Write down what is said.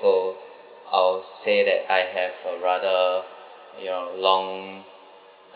so I'll say that I have uh rather ya long